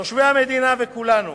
תושבי המדינה וכולנו